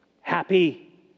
happy